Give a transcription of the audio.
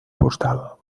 postal